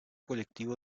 colectivo